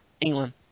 England